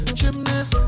gymnast